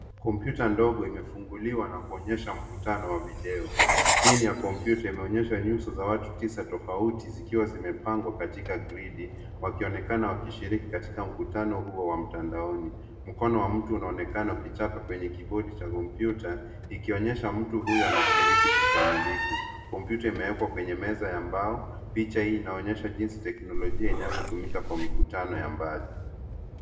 Kompyuta ndogo imefunguliwa na kunyesha mkutano wa video skrini y a kompyuta inaonyeshanyuso tisa za watu tofauti zikiwa zimepangwa katika gridi wakionekana wakishirini katika mkutano huo wa mtandaono mkono wa mtu u aonekane uko hapa kibodi cha kompyuta zikionyesha mtu huyu anashiriki kikamilifu. Kompyuta imewekwa kwenye meza ya mbao picha hii inaonyeshanyuso jinsi teknolojia inavyotumika kwa mkutano ya mbali.